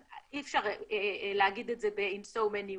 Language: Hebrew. אי-אפשר להגיד את זה in so many words.